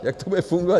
Jak to bude fungovat?